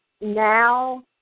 now